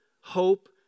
hope